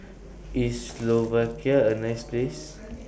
IS Slovakia A nice Place